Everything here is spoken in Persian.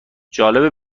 جالبه